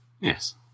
Yes